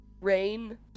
Rain